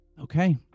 Okay